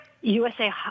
USA